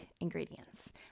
ingredients